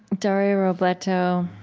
dario robleto,